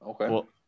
Okay